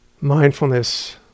mindfulness